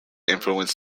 influenced